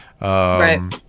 right